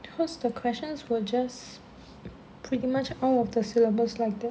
because the questions were just pretty much all of the syllables like that